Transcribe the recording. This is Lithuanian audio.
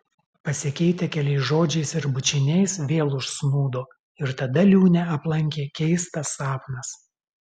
pasikeitę keliais žodžiais ir bučiniais vėl užsnūdo ir tada liūnę aplankė keistas sapnas